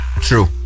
True